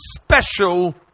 special